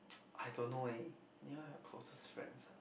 I don't know eh closest friends ah